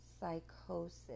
psychosis